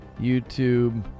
YouTube